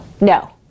no